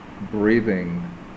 breathing